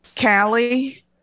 Callie